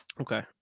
Okay